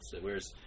whereas